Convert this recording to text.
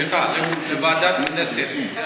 סליחה, לוועדת הכנסת.